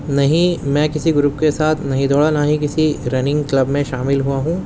نہیں میں کسی گروپ کے ساتھ نہیں دوڑا نہ ہی کسی رننگ کلب میں شامل ہُوا ہوں